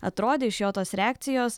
atrodė iš jo tos reakcijos